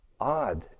odd